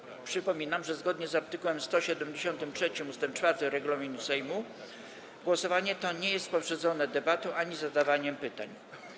Przypominam, że zgodnie z art. 173 ust. 4 regulaminu Sejmu głosowanie to nie jest poprzedzone debatą ani zadawaniem pytań.